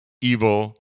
evil